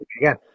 again